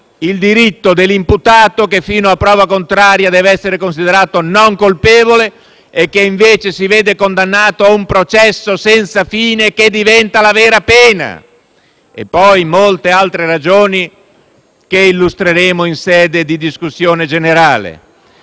il diritto dell'imputato, che, fino a prova contraria, deve essere considerato non colpevole e che invece si vede condannato a un processo senza fine, che diventa la vera pena. Ci sono poi molte altre ragioni, che illustreremo in sede di discussione generale.